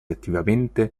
attivamente